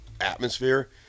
atmosphere